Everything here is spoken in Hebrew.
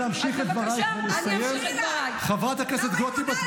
אדוני היושב-ראש, הייתי